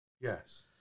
Yes